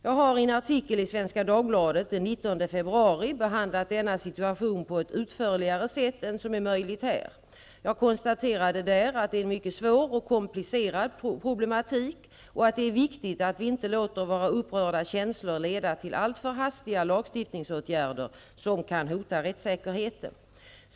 Jag har i en artikel i Svenska Dagbladet den 19 februari behandlat denna situation på ett utförligare sätt än som är möjligt här. Jag konstaterade där att det är en mycket svår och komplicerad problematik och att det är viktigt att vi inte låter våra upprörda känslor leda till alltför hastiga lagstiftningsåtgärder som kan hota rättssäkerheten.